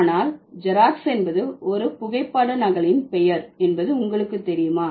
ஆனால் ஜெராக்ஸ் என்பது ஒரு புகைப்பட நகலின் பெயர் என்பது உங்களுக்கு தெரியுமா